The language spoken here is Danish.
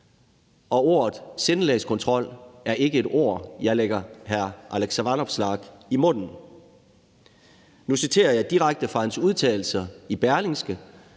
og ordet sindelagskontrol er ikke et ord, jeg lægger hr. Alex Vanopslagh i munden. Nu citerer jeg direkte fra hans udtalelser i Berlingske,